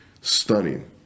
stunning